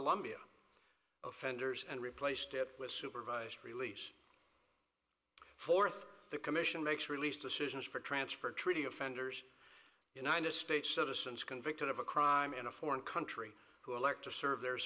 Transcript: columbia offenders and replaced it with supervised release fourth the commission makes release decisions for transfer treaty offenders united states citizens convicted of a crime in a foreign country who elect to serve their